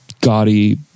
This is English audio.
gaudy